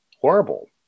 horrible